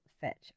fetch